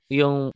yung